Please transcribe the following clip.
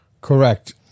Correct